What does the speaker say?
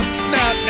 snap